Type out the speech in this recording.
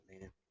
Man